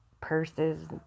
purses